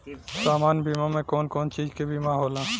सामान्य बीमा में कवन कवन चीज के बीमा होला?